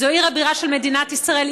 זו עיר הבירה של מדינת ישראל,